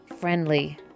friendly